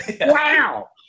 wow